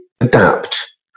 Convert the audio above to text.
adapt